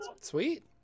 Sweet